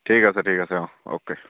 ঠিক আছে ঠিক আছে অ অ'কে